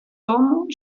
тому